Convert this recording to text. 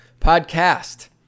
Podcast